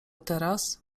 teraz